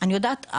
אני יודעת,